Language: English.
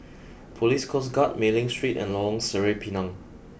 Police Coast Guard Mei Ling Street and Lorong Sireh Pinang